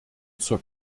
zur